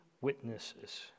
witnesses